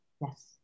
Yes